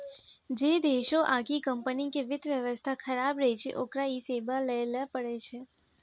जै देशो आकि कम्पनी के वित्त व्यवस्था खराब रहै छै ओकरा इ सेबा लैये ल पड़ै छै